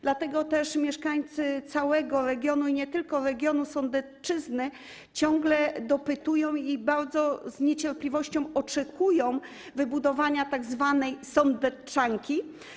Dlatego też mieszkańcy całego regionu, nie tylko regionu Sądecczyzny, ciągle dopytują i z wielką niecierpliwością oczekują wybudowania tzw. sądeczanki.